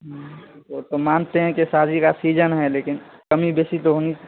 ہوں وہ تو مانتے ہیں کہ شادی کا سیجن ہے لیکن کمی بیسی تو ہونی